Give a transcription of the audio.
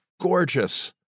gorgeous